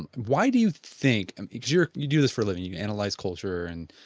and why do you think and it's your you do this for living, you analyze culture and